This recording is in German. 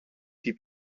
die